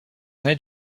nés